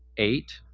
eight,